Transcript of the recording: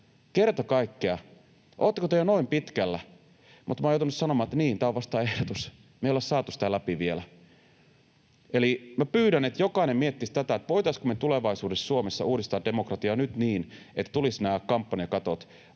kerta kaikkiaan, oletteko te jo noin pitkällä, mutta minä olen joutunut sanomaan, että niin, tämä on vasta ehdotus, me ei olla saatu sitä vielä läpi. Eli minä pyydän, että jokainen miettisi tätä, voitaisiinko me tulevaisuudessa Suomessa uudistaa demokratiaa niin, että tulisivat nämä kampanjakatot.